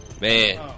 Man